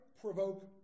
provoke